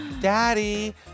Daddy